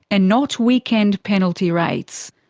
and not weekend penalty rates.